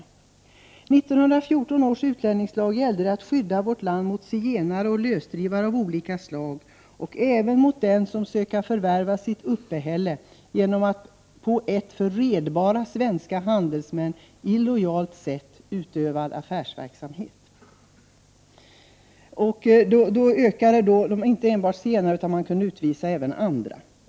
I 1914 års utlänningslag gällde det att skydda vårt land mot zigenare och lösdrivare av olika slag och även mot dem som ”söka förvärva sitt uppehälle genom att på ett för redbara svenska handelsmän illojalt sätt utöva en affärsverksamhet ——-”. Man kunde alltså utvisa även andra.